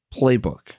playbook